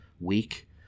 week